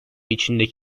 içindeki